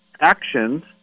actions